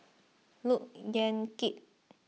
Look Yan Kit